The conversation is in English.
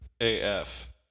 AF